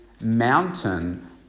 mountain